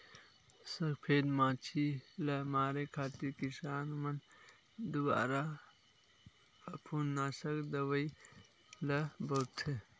सफेद मांछी ल मारे खातिर किसान मन दुवारा फफूंदनासक दवई ल बउरथे